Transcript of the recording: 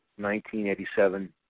1987